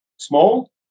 small